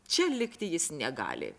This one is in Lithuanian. čia likti jis negali